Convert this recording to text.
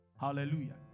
Hallelujah